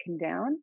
down